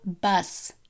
bus